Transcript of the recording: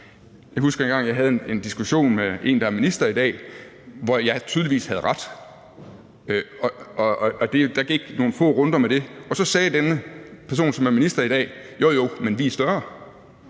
Jeg husker, at jeg engang havde en diskussion med en, der er minister i dag, hvor jeg tydeligvis havde ret. Der gik nogle få runder med det, og så sagde denne person, som er minister i dag, at jo, jo, men vi er større.